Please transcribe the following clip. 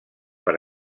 per